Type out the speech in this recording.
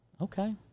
Okay